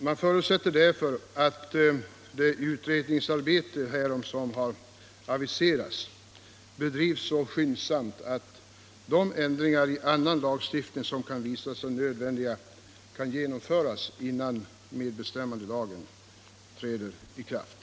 Man förutsätter därför att det utredningsarbete härom som aviseras bedrivs så skyndsamt att de ändringar i annan lagstiftning som kan visa sig nödvändiga kan genomföras innan medbestämmandelagen träder i kraft.